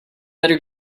better